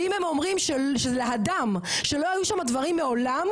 ואם הם אומרים להדם שלא היו שמה דברים מעולם,